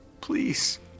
please